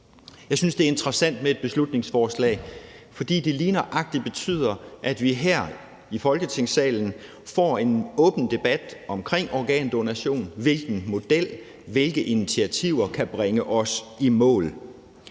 Jeg synes, det er interessant med et beslutningsforslag, fordi det lige nøjagtig betyder, at vi her i Folketingssalen får en åben debat om organdonation. Hvilken model, hvilke initiativer kan bringe os i mål?